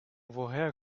woher